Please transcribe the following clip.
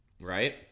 right